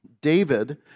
David